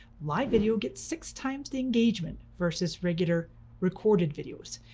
live video gets six times the engagement, versus regular recorded videos.